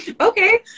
okay